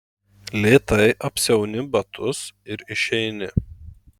lėtai apsiauni batus ir išeini